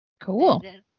Cool